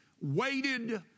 waited